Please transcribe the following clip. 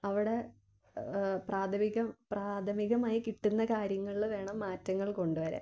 അവിടെ പ്രാഥമികം പ്രാഥമികമായി കിട്ടുന്ന കാര്യങ്ങളിൽ വേണം മാറ്റങ്ങൾ കൊണ്ടുവരാൻ